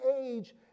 age